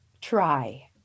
try